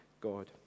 God